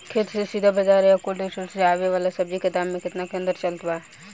खेत से सीधा बाज़ार आ कोल्ड स्टोर से आवे वाला सब्जी के दाम में केतना के अंतर चलत बा?